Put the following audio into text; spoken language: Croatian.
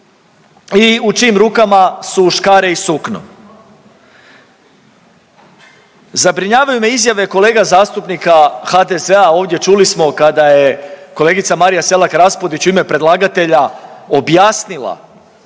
i u čijim rukama su škare i sukno. Zabrinjavaju me izjave kolega zastupnika HDZ-a ovdje čuli smo, kada je kolegica Marija Selak Raspudić u ime predlagatelja objasnila